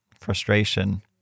frustration